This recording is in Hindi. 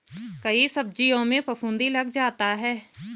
कई सब्जियों में फफूंदी लग जाता है